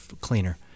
cleaner